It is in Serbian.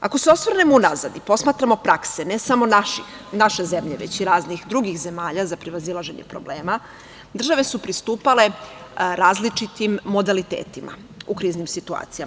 Ako se osvrnemo unazad i posmatramo prakse, ne samo naše zemlje nego i raznih drugih zemalja za prevazilaženje problema, države su pristupale različitim modalitetima u kriznim situacijama.